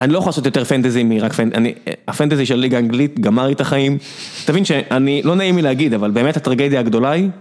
אני לא הולך לעשות יותר פנטזים, הפנטזי של ליגה האנגלית גמר לי את החיים. תבין שאני, לא נעים לי להגיד, אבל באמת הטרגדיה הגדולה היא...